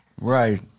Right